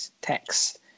text